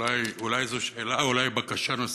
אולי זו שאלה ואולי בקשה נוספת,